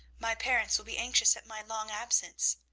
my parents will be anxious at my long absence.